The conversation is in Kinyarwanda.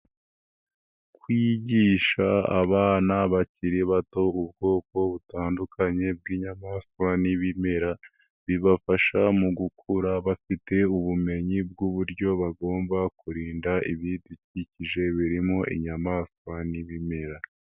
Kwigisha abana bakiri bato ubwoko butandukanye bw'inyamaswa n'ibimera, bibafasha mu gukura bafite ubumenyi bw'uburyo bagomba kurinda ibidukikije, birimo inyamaswa n'ibimera.